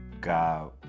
God